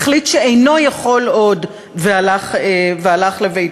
החליט שאינו יכול עוד והלך לביתו.